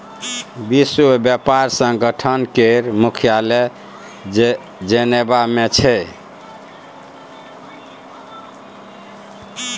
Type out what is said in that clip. विश्व बेपार संगठन केर मुख्यालय जेनेबा मे छै